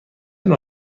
نوع